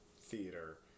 theater